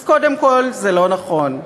אז קודם כול, זה לא נכון.